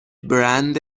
برند